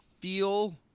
feel